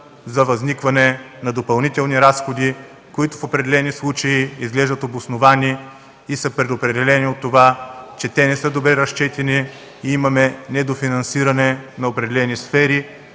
за възникване на допълнителни разходи, които в определени случаи изглеждат обосновани и са предопределени от това, че те не са добре разчетени и имаме недофинансиране на определени сфери,